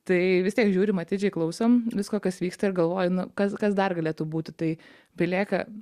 tai vis tiek žiūrim atidžiai klausom visko kas vyksta ir galvoju nu kas kas dar galėtų būti tai belieka